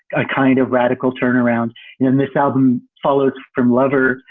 a kind of radical turnaround in this album, followed from lovers,